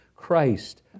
Christ